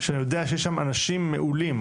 שאני יודע שיש שם אנשים מעולים,